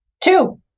Two